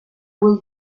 will